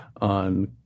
on